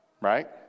Right